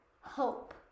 Hope